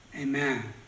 Amen